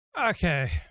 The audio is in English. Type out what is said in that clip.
okay